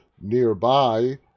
nearby